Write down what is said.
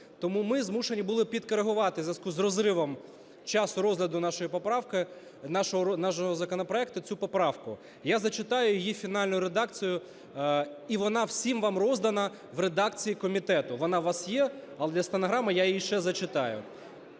тому ми змушені були підкорегувати у зв’язку з розривом часу розгляду нашої поправки, нашого законопроекту, цю поправку. Я зачитаю її фінальну редакцію, і вона всім вам роздана в редакції комітету. Вона у вас є, але для стенограми я її ще зачитаю.